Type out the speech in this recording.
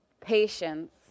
Patience